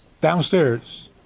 Downstairs